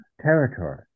territory